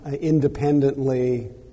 independently